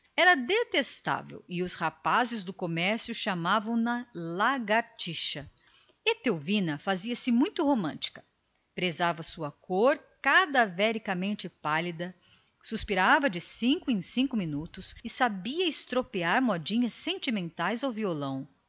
era detestável os rapazes do comércio chamavam-lhe lagartixa fazia-se muito romântica prezava a sua cor horrivelmente pálida suspirava de cinco em cinco minutos e sabia estropiar modinhas sentimentais ao violão